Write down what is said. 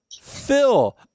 phil